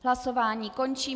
Hlasování končím.